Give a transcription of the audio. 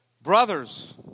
brothers